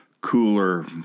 cooler